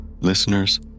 Listeners